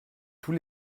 tous